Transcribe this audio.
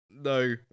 No